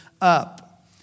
up